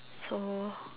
so